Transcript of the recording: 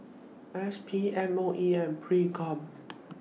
S P M O E and PROCOM